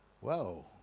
whoa